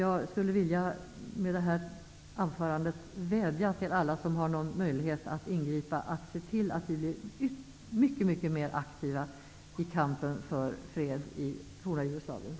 Jag vill med detta anförande vädja till alla som har en möjlighet att ingripa, att se till att vi blir mycket mer aktiva i kampen för fred i det forna